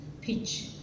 pitch